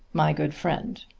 my good friend.